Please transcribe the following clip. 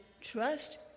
trust